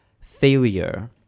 failure